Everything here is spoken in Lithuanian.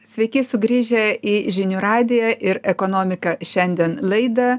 sveiki sugrįžę į žinių radiją ir ekonomika šiandien laidą